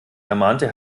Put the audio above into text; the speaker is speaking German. ermahnte